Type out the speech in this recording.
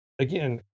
Again